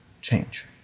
change